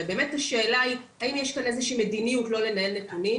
ובאמת השאלה היא האם יש כאן איזו שהיא מדיניות לא לנהל את הנתונים.